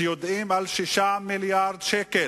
שיודעים על 6 מיליארדי שקלים,